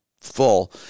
Full